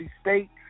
State